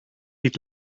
eat